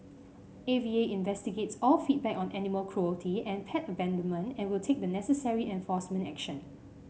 A V A investigates all feedback on animal cruelty and pet abandonment and will take the necessary enforcement action